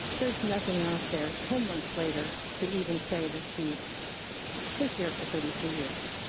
there's nothing out there. ten months later to even say that she was here for thirty two years.